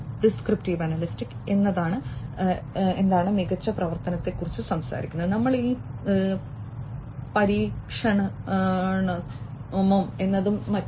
prescriptive analytics എന്താണ് മികച്ച പ്രവർത്തനത്തെ കുറിച്ച് സംസാരിക്കുന്നത് നമ്മൾ ഇത് പരീക്ഷിക്കണോ എന്നതും മറ്റും